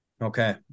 Okay